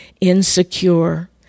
insecure